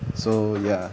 so ya